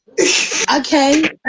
Okay